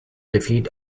defeat